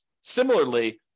Similarly